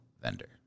vendor